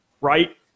right